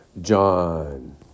John